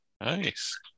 Nice